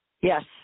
Yes